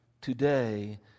today